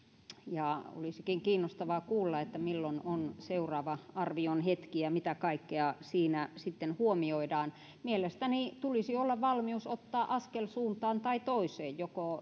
ja olisikin kiinnostavaa kuulla milloin on seuraava arvion hetki ja mitä kaikkea siinä sitten huomioidaan mielestäni tulisi olla valmius ottaa askel suuntaan tai toiseen